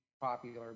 popular